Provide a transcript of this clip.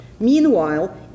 Meanwhile